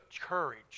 courage